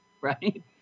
right